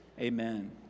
Amen